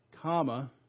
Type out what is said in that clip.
Comma